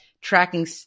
tracking